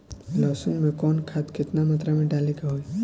लहसुन में कवन खाद केतना मात्रा में डाले के होई?